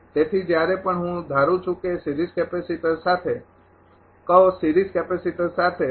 તેથી જ્યારે પણ હું ધારું છું કે સિરીઝ કેપેસિટર સાથે કહો સિરીઝ કેપેસિટર સાથે